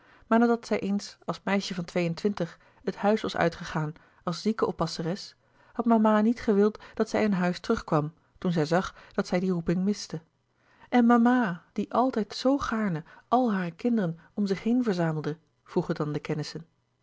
nadat zij eens als meisje van twee-en-twintig het huis was uitgegaan als zieke oppasseres had mama niet gewild dat zij in huis terugkwam toen zij zag dat zij die roeping miste en mama die altijd zoo gaarne alle hare kinderen om zich heen verzamelde vroegen dan de kennissen